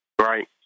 right